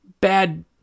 bad